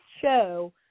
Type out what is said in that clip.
show